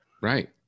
Right